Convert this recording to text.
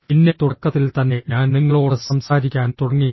പിന്നെ തുടക്കത്തിൽ തന്നെ ഞാൻ നിങ്ങളോട് സംസാരിക്കാൻ തുടങ്ങി